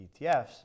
ETFs